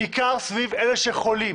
בעיקר סביב אלה שחולים.